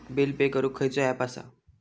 Bill pay करूक खैचो app असा?